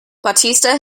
bautista